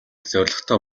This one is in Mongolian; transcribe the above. зорилготой